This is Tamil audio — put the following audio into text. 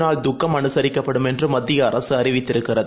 நாள்துக்கம்அனுசரிக்கப்படும்என்றுமத்தியஅரசுஅறிவித்திருக்கிறது